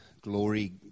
glory